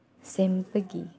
ꯁꯦꯝꯕꯒꯤ